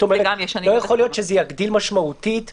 לא יכול להיות שזה יגדיל משמעותית,